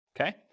okay